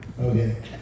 Okay